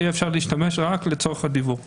שהוא יכול להגיש לנו את הערעור בדואר אלקטרוני,